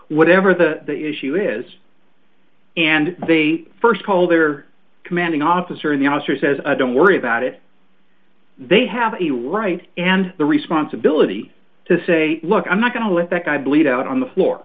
whatever the issue is and they first call their commanding officer in the officer says don't worry about it they have a right and the responsibility to say look i'm not going to let that guy bleed out on the floor